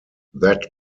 that